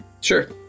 Sure